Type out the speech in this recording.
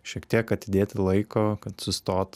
šiek tiek atidėti laiko kad sustot